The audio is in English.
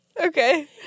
Okay